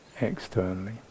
externally